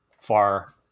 far